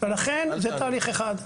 זה תהליך אחד.